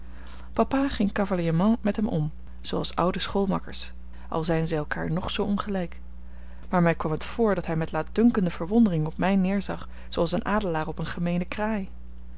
papa ging cavalièrement met hem om zooals oude schoolmakkers al zijn zij elkaar nog zoo ongelijk maar mij kwam het voor dat hij met laatdunkende verwondering op mij neerzag zooals een adelaar op eene gemeene kraai